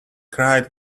cried